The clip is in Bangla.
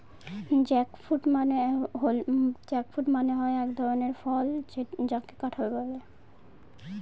জ্যাকফ্রুট মানে হয় এক ধরনের ফল যাকে কাঁঠাল বলে